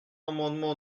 amendement